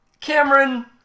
Cameron